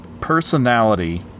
personality